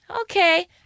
Okay